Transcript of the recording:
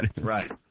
Right